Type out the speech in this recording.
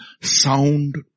sound